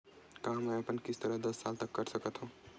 का मैं अपन किस्त ला दस साल तक कर सकत हव?